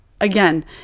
again